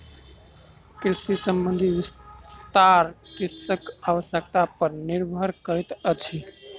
कृषि संबंधी विस्तार कृषकक आवश्यता पर निर्भर करैतअछि